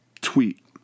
tweet